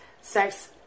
sex